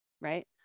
right